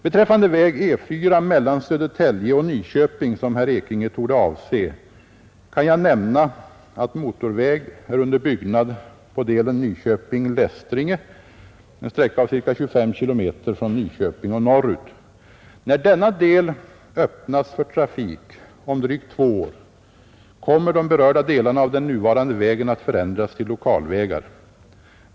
Beträffande väg E 4 mellan Södertälje och Nyköping, som herr Ekinge torde avse, kan jag nämna att motorväg är under byggnad på delen Nyköping— Lästringe, en sträcka av ca 25 km från Nyköping och norrut. När denna del öppnas för trafik om drygt två år kommer de berörda delarna av den nuvarande vägen att förändras till lokalvägar.